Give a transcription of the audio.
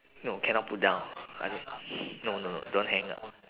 no cannot put down I don't no no no don't hang up